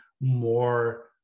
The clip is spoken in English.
more